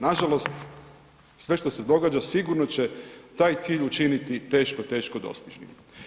Nažalost, sve što se događa sigurno će taj cilj učiniti teško, teško dostižnim.